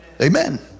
Amen